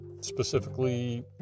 specifically